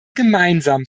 gemeinsam